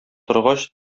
торгач